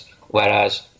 Whereas